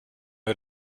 wir